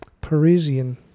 Parisian